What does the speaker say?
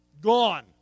Gone